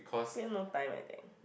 spend more time I think